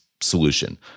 solution